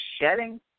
shedding